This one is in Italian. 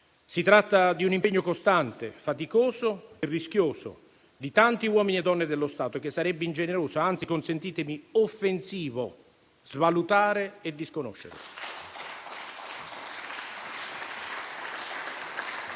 Si tratta di un impegno costante, faticoso e rischioso, di tanti uomini e donne dello Stato, che sarebbe ingeneroso, anzi - consentitemi - offensivo, svalutare e disconoscere.